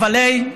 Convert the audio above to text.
אבל הי,